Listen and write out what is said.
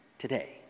today